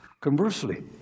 Conversely